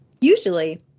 Usually